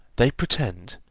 they pretend,